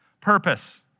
purpose